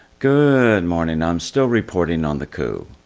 good morning. i'm still reporting on the coup.